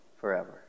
forever